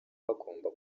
bagomba